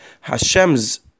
Hashem's